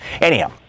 Anyhow